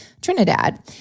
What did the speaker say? Trinidad